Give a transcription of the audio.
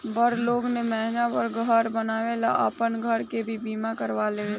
बड़ लोग जे महंगा घर बनावेला उ आपन घर के भी बीमा करवा लेवेला